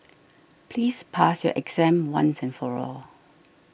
please pass your exam once and for all